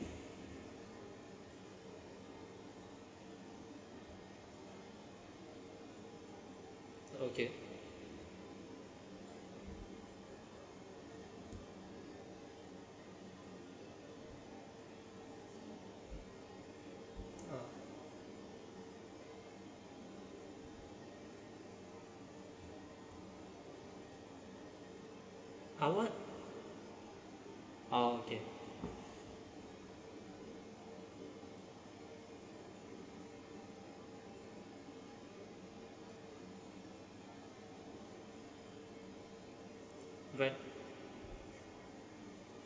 okay uh ah what uh okay right